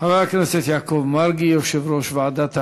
חבר הכנסת יעקב מרגי, יושב-ראש ועדת החינוך,